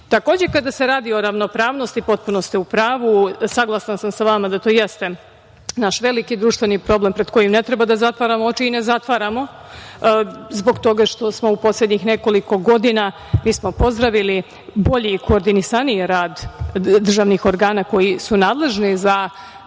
kada se radi o ravnopravnosti potpuno ste u pravu. Saglasna sam sa vama da to jeste naš veliki društveni problem pred kojim ne treba da zatvaramo oči i ne zatvaramo, zbog toga što smo u poslednjih nekoliko godina, mi smo pozdravili bolji i koordinisaniji rad državnih organa koji su nadležni za